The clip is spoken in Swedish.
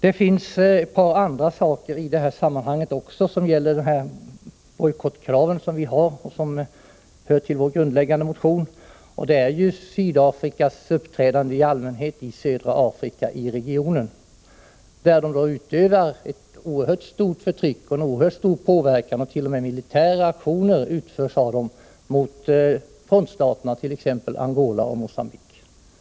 En annan sak som har anknytning till bojkottkravet är Sydafrikas uppträdande i allmänhet i södra Afrika. Sydafrika utövar ett oerhört förtryck och en oerhört stor påverkan i hela regionen, t.o.m. i form av militära aktioner mot frontstaterna, t.ex. Angola och Mogambique.